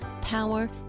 power